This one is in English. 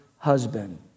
husband